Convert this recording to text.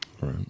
Right